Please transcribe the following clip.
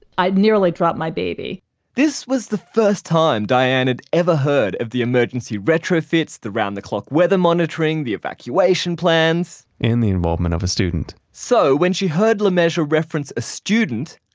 i'd nearly dropped my baby this was the time diane had ever heard of the emergency retrofits, the round the clock weather monitoring, the evacuation plans and the involvement of a student so, when she heard lemessurier reference a student,